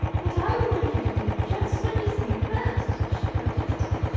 but i want you to do just what you think best, she protested.